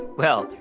well,